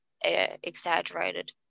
exaggerated